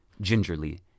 Gingerly